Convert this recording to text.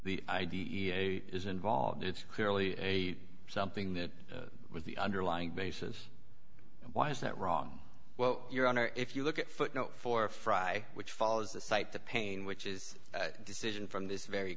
the i d e a is involved it's clearly a something that was the underlying basis why is that wrong well your honor if you look at footnote for frye which follows the site the pain which is a decision from this very